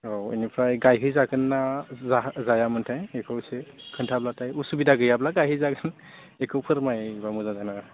औ बेनिफ्राय गायहै जागोनना जायामोनथाय बेखौ एसे खिनथाब्लाथाय असुबिदा गैयाब्ला गायहैजागोन बेखौ फोरमायबा मोजां जागोन आरो